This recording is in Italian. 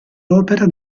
opera